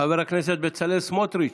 חבר הכנסת בצלאל סמוטריץ'.